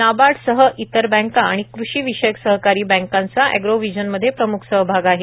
नाबार्डसह इतर बँका आणि कृषी विषयक सरकारी विभागांचा एग्रो व्हिजनमध्ये प्रामुख्यानं सहभाग आहे